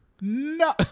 No